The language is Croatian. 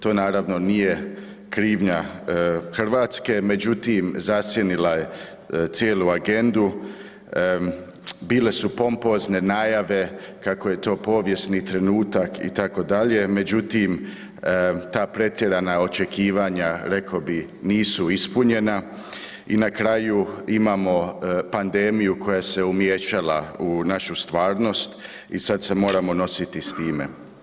To naravno nije krivnja Hrvatska međutim zasjenila je cijelu agendu, bile su pompozne najave kako je to povijesni trenutak itd., međutim ta pretjerana očekivanja rekao bih nisu ispunjena i na kraju imamo pandemiju koja se umiješala u našu stvarnost i sad se moramo nositi s time.